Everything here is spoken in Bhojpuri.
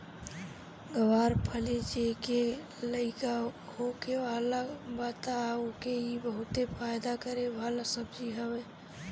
ग्वार फली जेके लईका होखे वाला बा तअ ओके इ बहुते फायदा करे वाला सब्जी हवे